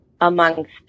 amongst